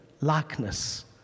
likeness